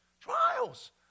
Trials